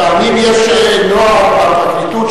כי פעמים יש נוהג בפרקליטות,